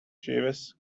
jeeves